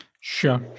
Sure